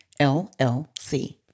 LLC